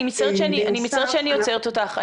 אני מצטערת שאני עוצרת אותך,